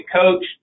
coach